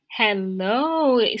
Hello